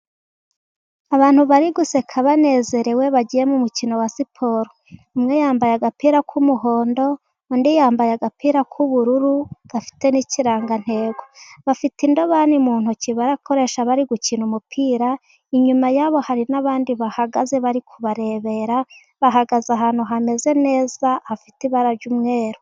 Abantu bari guseka banezerewe bagiye mu mukino wa siporo. Umwe yambaye agapira k'umuhondo, undi yambaye agapira k'ubururu gafite n'ikirangantego. Bafite indobani mu ntoki barakoresha bari gukina umupira. Inyuma yabo hari n'abandi bahagaze bari kubarebera. Bahagaze ahantu hameze neza hafite ibara ry'umweru.